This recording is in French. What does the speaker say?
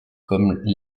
comme